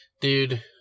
Dude